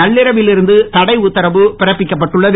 நள்ளிரவில் இருந்து தடை உத்தரவு பிறப்பிக்கப்பட்டுள்ளது